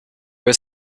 were